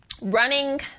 Running